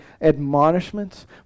admonishments